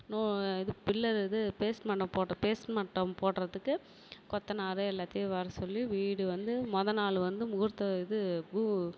no இது pillar இது base மட்டம் போட்டபேஸ்மட்டம் போடுறதுக்கு கொத்தனார் எல்லாத்தையும் வர சொல்லி வீடு வந்து முத நாள் வந்து முகூர்த்த இது பூ